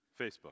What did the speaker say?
Facebook